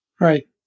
Right